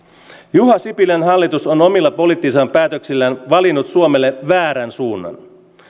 juha sipilän hallitus on omilla poliittisilla päätöksillään valinnut suomelle väärän suunnan